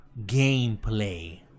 gameplay